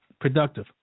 productive